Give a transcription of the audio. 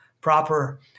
proper